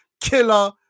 Killer